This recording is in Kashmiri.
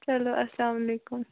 چلو اسلامُ علیکُم